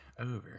over